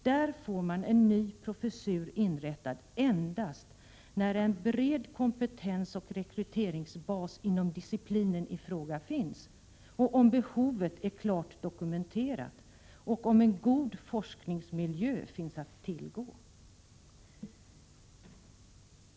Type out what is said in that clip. Där får man en ny professur inrättad endast när en bred kompetens och rekryteringsbas inom disciplinen i fråga finns, om behovet är klart dokumenterat och om en god forskningsmiljö finns att tillgå.